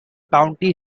county